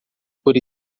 por